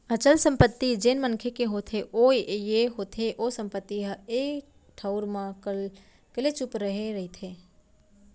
अचल संपत्ति जेन मनखे के होथे ओ ये होथे ओ संपत्ति ह एक ठउर म कलेचुप रहें रहिथे